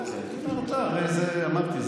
אמרתי,